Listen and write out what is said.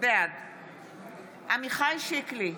בעד עמיחי שיקלי,